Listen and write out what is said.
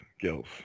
Gill's